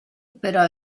però